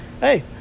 hey